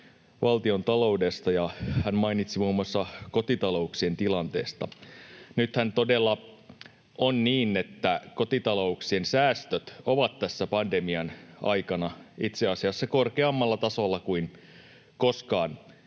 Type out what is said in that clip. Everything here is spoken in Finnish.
valtiontaloudesta, ja hän mainitsi muun muassa kotitalouksien tilanteesta. Nythän todella on niin, että kotitalouksien säästöt ovat tässä pandemian aikana itse asiassa korkeammalla tasolla kuin koskaan